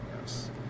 Yes